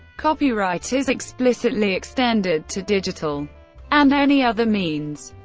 copyright is explicitly extended to digital and any other means.